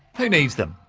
who needs them?